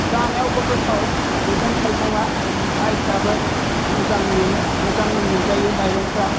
जानायावबो गोथाव मैगं थाइगङा माइफ्राबो मोजां मोनो मोजां मोनजायो माइरंफ्रा